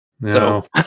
No